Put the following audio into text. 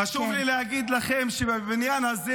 חשוב לי להגיד לכם שבבניין הזה,